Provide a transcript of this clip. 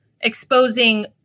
exposing